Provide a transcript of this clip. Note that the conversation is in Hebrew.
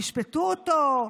תשפטו אותו,